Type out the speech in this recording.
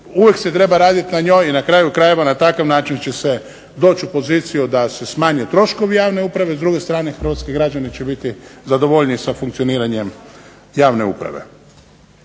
uvijek se treba radit na njoj i na kraju krajeva na takav način će se doći u poziciju da se smanje troškovi javne uprave, a s druge strane hrvatski građani će biti zadovoljniji sa funkcioniranjem javne uprave.